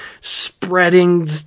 spreading